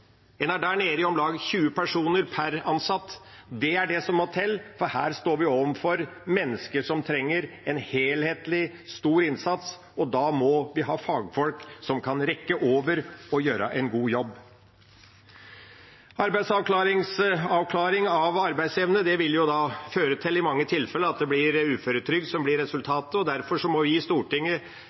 En er der nede i om lag 20 personer per ansatt. Det er det som må til, for her står vi overfor mennesker som trenger en helhetlig og stor innsats. Da må vi ha fagfolk som kan rekke over, og som kan gjøre en god jobb. Avklaring av arbeidsevne vil i mange tilfeller føre til at uføretrygd blir resultatet. Derfor må vi i Stortinget